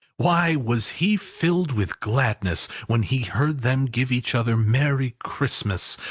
why was he filled with gladness when he heard them give each other merry christmas,